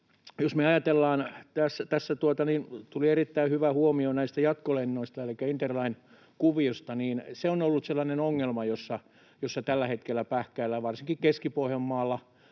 me ajatellaan... Tässä tuli erittäin hyvä huomio näistä jatkolennoista elikkä interline-kuviosta. Se on ollut sellainen ongelma, jota tällä hetkellä pähkäillään varsinkin Keski-Pohjanmaalla.